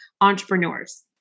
entrepreneurs